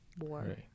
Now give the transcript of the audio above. war